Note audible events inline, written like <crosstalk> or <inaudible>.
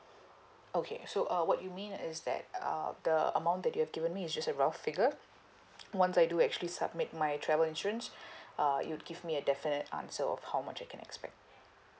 okay so uh what you mean is that uh the amount that you have given me is just a rough figure once I do actually submit my travel insurance <breath> uh you'll give me a definite answer of how much I can expect